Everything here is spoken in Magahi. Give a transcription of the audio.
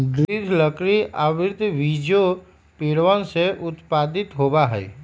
दृढ़ लकड़ी आवृतबीजी पेड़वन से उत्पादित होबा हई